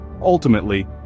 ultimately